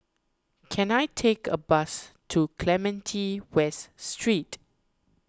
can I take a bus to Clementi West Street